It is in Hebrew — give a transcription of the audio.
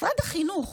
משרד החינוך,